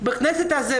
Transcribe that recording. בכנסת הזו,